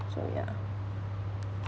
so ya